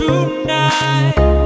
Tonight